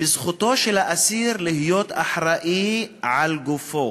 בזכותו של האסיר להיות אחראי לגופו.